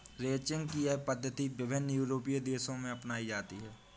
ranching की यह पद्धति विभिन्न यूरोपीय देशों में अपनाई जाती है